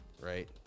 right